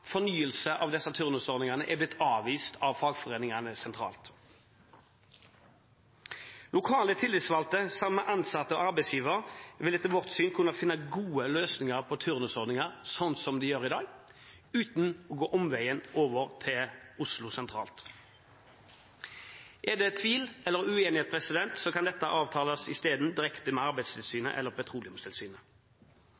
fornyelse av disse turnusordningene er blitt avvist av fagforeningene sentralt. Lokale tillitsvalgte sammen med ansatte og arbeidsgiver vil etter vårt syn kunne finne gode løsninger på turnusordninger, slik de gjør i dag, uten å gå omveien om Oslo og fagforeningene sentralt. Er det tvil eller uenighet, kan dette isteden avtales direkte med Arbeidstilsynet eller Petroleumstilsynet.